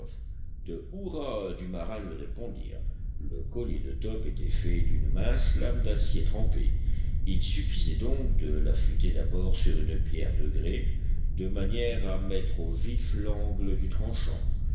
hurrahs du marin lui répondirent le collier de top était fait d'une mince lame d'acier trempé il suffisait donc de l'affûter d'abord sur une pierre de grès de manière à mettre au vif l'angle du tranchant